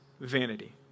vanity